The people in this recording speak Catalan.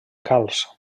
calç